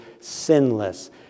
sinless